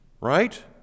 right